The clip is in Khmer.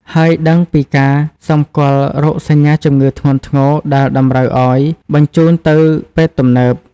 ហើយដឹងពីការសម្គាល់រោគសញ្ញាជំងឺធ្ងន់ធ្ងរដែលតម្រូវឱ្យបញ្ជូនទៅពេទ្យទំនើប។